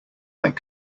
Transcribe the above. might